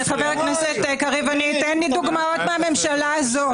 חבר הכנסת קריב, אתן דוגמאות מהממשלה הזו.